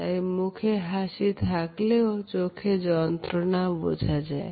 তাই মুখে হাসি থাকলেও চোখে যন্ত্রণা বোঝা যায়